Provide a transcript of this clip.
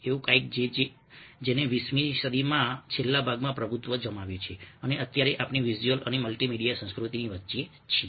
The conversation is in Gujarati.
એવું કંઈક છે જેણે 20મી સદીમાં 20મી સદીના છેલ્લા ભાગમાં પ્રભુત્વ જમાવ્યું છે અને અત્યારે આપણે વિઝ્યુઅલ અને મલ્ટીમીડિયા સંસ્કૃતિની વચ્ચે છીએ